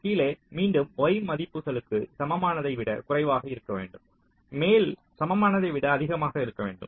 கீழே மீண்டும் y மதிப்புகளுக்கு சமமானதை விட குறைவாக இருக்க வேண்டும் மேல் சமமானதை விட அதிகமாக இருக்க வேண்டும்